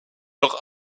leur